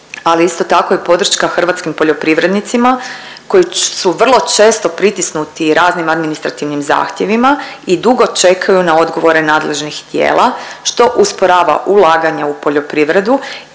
ali isto tako i podrška hrvatskim poljoprivrednicima koji su vrlo često pritisnuti i raznim administrativnim zahtjevima i dugo čekaju na odgovore nadležnih tijela što usporava ulaganja u poljoprivredu